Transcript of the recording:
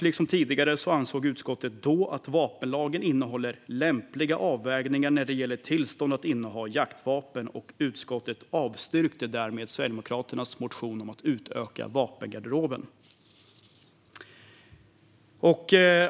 Liksom tidigare ansåg utskottet då att vapenlagen innehåller lämpliga avvägningar när det gäller tillstånd att inneha jaktvapen." Utskottet avstyrkte därmed Sverigedemokraternas motion om att utöka vapengarderoben.